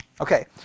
Okay